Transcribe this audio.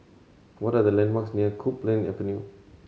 what are the landmarks near Copeland Avenue